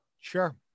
sure